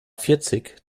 vierzig